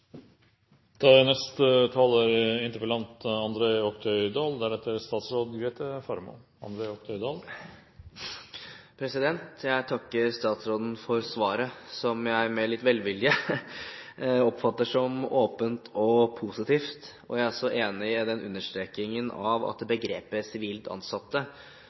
Jeg takker statsråden for svaret, som jeg med litt velvilje oppfatter som åpent og positivt. Jeg er også enig i understrekingen av at begrepet «sivilt ansatte» kan virke som å degradere den innsatsen de gjør. Sivilt ansatte